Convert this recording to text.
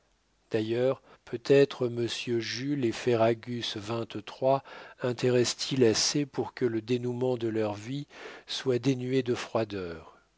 d'ailleurs peut-être monsieur jules et ferragus xxiii intéressent ils assez pour que le dénoûment de leur vie soit dénué de froideur